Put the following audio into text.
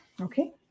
okay